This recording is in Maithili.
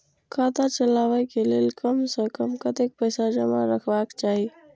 खाता चलावै कै लैल कम से कम कतेक पैसा जमा रखवा चाहि